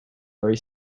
very